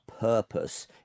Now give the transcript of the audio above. purpose